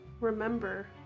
Remember